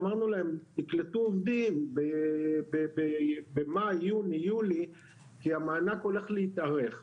אמרנו להם 'תקלטו עובדים במאי יוני יולי כי המענק הולך להתארך.